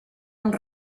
amb